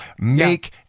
make